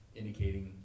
indicating